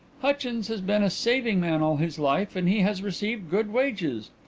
hutchins has been a saving man all his life, and he has received good wages.